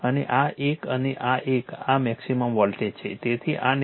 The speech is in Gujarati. અને આ એક અને આ એક આ મેક્સિમમ વોલ્ટેજ છે